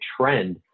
trend